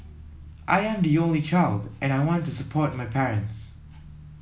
I am the only child and I want to support my parents